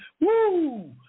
woo